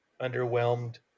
underwhelmed